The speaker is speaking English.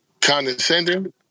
Condescending